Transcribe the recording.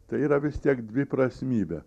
tai yra vis tiek dviprasmybė